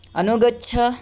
अनुगच्छ